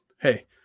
hey